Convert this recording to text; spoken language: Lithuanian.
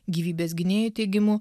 gyvybės gynėjų teigimu